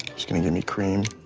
just gonna give me cream.